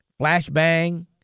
flashbang